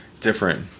different